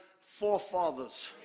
forefathers